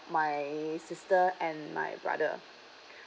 my sister and my brother